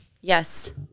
Yes